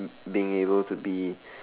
been been able to be